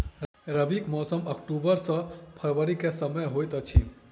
रबीक मौसम अक्टूबर सँ फरबरी क समय होइत अछि